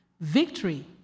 Victory